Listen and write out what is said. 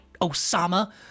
osama